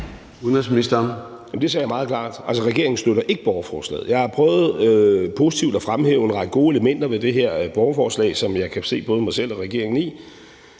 Det sagde jeg meget klart. Altså, regeringen støtter ikke borgerforslaget. Jeg har prøvet positivt at fremhæve en række gode elementer ved det her borgerforslag, som jeg kan se både mig selv og regeringen i,